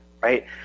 right